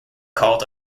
called